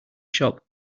shop